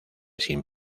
sin